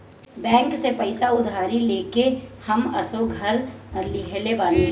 bank से पईसा उधारी लेके हम असो घर लीहले बानी